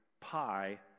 Pi